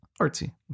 artsy